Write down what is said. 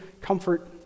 comfort